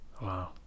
Wow